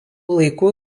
laikų